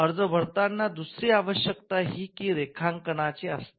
अर्ज भरताना दुसरी आवश्यकता ही रेखांकनाची असते